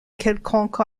quelconque